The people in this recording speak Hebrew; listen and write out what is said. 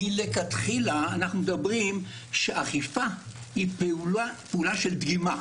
מלכתחילה אנחנו מדברים שאכיפה היא פעולה של דגימה.